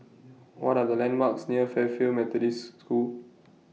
What Are The landmarks near Fairfield Methodist School